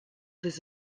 this